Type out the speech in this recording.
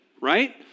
right